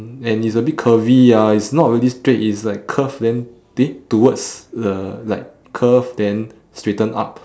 and it's a bit curvy ah it's not really straight it's like curve then bit towards the like curve then straighten up